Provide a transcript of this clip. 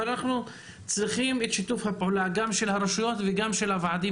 אבל אנחנו צריכים את שיתוף הפעולה גם של הרשויות וגם של הוועדים